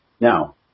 Now